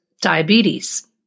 diabetes